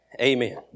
Amen